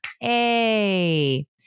Hey